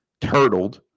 turtled